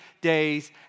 days